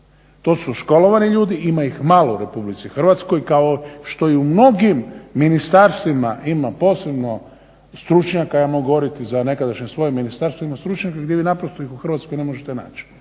To su školovani ljudi, ima ih malo u RH kao što i u mnogim ministarstvima ima posebno stručnjaka, ajmo govoriti za nekadašnje svoje ministarstvo, ima stručnjaka gdje vi naprosto ih u Hrvatskoj ne možete naći.